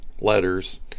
letters